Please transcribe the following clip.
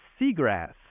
seagrass